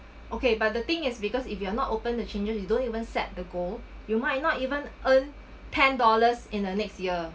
okay but the thing is because if you are not open the changes you don't even set the goal you might not even earn ten dollars in the next year